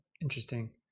Interesting